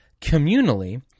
communally